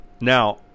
Now